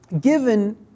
given